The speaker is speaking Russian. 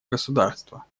государства